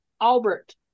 Albert